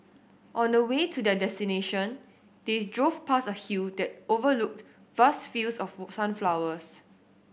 on the way to their destination they drove past a hill that overlooked vast fields of sunflowers